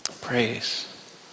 Praise